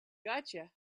gotcha